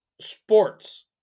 sports